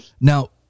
Now